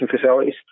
facilities